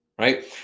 right